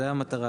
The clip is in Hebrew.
זו המטרה.